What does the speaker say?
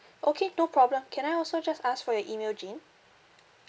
okay no problem can I also just ask for your email jane